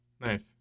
Nice